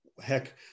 heck